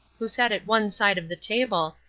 who sat at one side of the table,